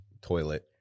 toilet